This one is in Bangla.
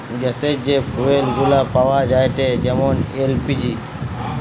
গ্যাসের যে ফুয়েল গুলা পাওয়া যায়েটে যেমন এল.পি.জি